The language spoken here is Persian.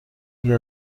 اگه